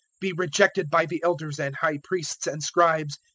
be rejected by the elders and high priests and scribes,